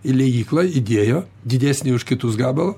į liejyklą įdėjo didesnį už kitus gabalą